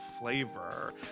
flavor